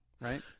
right